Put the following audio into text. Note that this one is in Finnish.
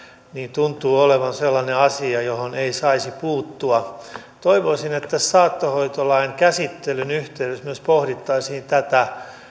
tuntuu olevan sellainen asia johon ei saisi puuttua toivoisin että saattohoitolain käsittelyn yhteydessä myös pohdittaisiin tätä